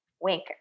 Wink